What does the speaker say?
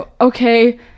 okay